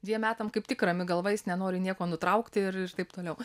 dviem metam kaip tik rami galva jis nenori nieko nutraukti ir ir taip toliau